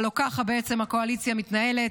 הלוא ככה בעצם הקואליציה מתנהלת,